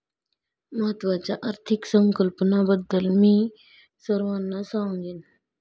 महत्त्वाच्या आर्थिक संकल्पनांबद्दल मी सर्वांना सांगेन